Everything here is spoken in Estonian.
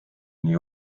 nii